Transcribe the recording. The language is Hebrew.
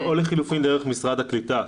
או לחילופין דרך משרד הקליטה.